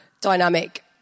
dynamic